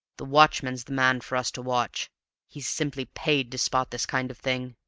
the watchman's the man for us to watch he's simply paid to spot this kind of thing.